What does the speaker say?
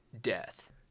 death